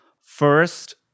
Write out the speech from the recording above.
first